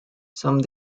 some